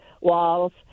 walls